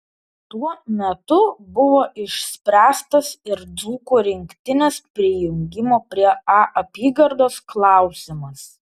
tuo metu buvo išspręstas ir dzūkų rinktinės prijungimo prie a apygardos klausimas